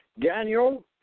Daniel